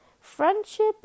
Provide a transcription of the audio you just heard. Friendship